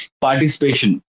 participation